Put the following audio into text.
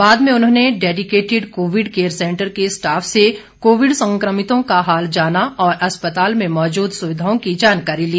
बाद में उन्होंने डेडीकेटिड कोविड केयर सैंटर के स्टाफ से कोविड सक्रमितों का हाल जाना और अस्पताल में मौजूद सुविधाओं की जानकारी ली